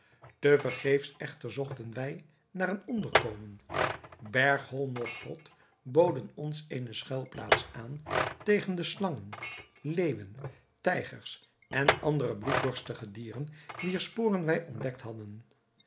vergeefs echter zochten wij naar een onderkomen berghol noch grot boden ons eene schuilplaats aan tegen de slangen leeuwen tijgers en andere bloeddorstige dieren wier sporen wij ontdekt hadden